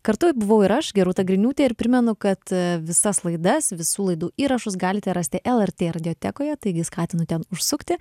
kartu buvau ir aš gerūta griniūtė ir primenu kad visas laidas visų laidų įrašus galite rasti lrt radiotekoje taigi skatinu ten užsukti